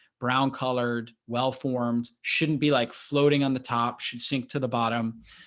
brown colored well forms shouldn't be like floating on the top should sink to the bottom.